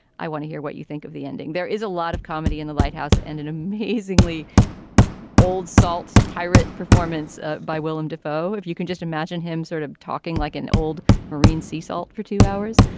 i want to hear what you think of the ending. there is a lot of comedy in the lighthouse and an amazingly old salts pirate performance by willem dafoe. if you can just imagine him sort of talking like an old marine sea salt for two hours.